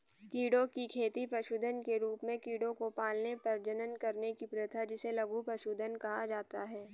कीड़ों की खेती पशुधन के रूप में कीड़ों को पालने, प्रजनन करने की प्रथा जिसे लघु पशुधन कहा जाता है